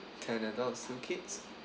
can adult also kids